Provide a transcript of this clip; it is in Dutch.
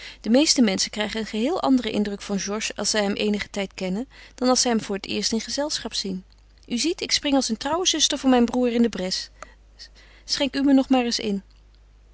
de meeste menschen krijgen een geheel anderen indruk van georges als zij hem eenigen tijd kennen dan als zij hem voor het eerst in gezelschap zien u ziet ik spring als een trouwe zuster voor mijn broêr in de bres schenk u me nog maar eens in